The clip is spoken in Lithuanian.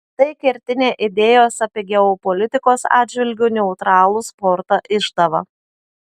tai kertinė idėjos apie geopolitikos atžvilgiu neutralų sportą išdava